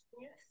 Yes